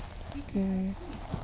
mm